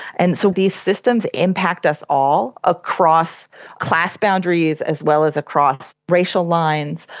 and so these systems impact us all across class boundaries as well as across racial lines,